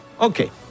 Okay